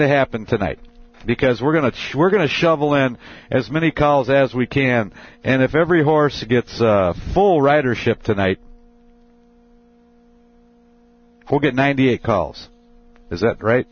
to happen tonight because we're going to sure we're going to shovel and as many calls as we can and if every horse a gets full ridership tonight we'll get ninety eight calls is that right